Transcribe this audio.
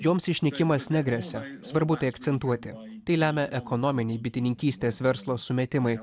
joms išnykimas negresia svarbu tai akcentuoti tai lemia ekonominiai bitininkystės verslo sumetimai